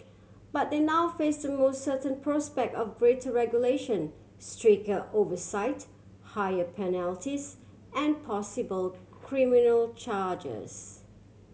but they now face the most certain prospect of greater regulation stricter oversight higher penalties and possible criminal charges